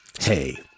Hey